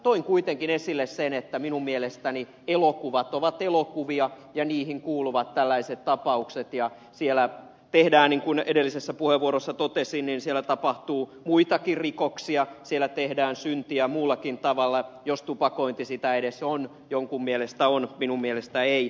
toin kuitenkin esille sen että minun mielestäni elokuvat ovat elokuvia ja niihin kuuluvat tällaiset tapaukset ja siellä tapahtuu niin kuin edellisessä puheenvuorossa totesin muitakin rikoksia siellä tehdään syntiä muullakin tavalla jos tupakointi sitä edes on jonkun mielestä on minun mielestäni ei